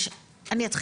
אני אתחיל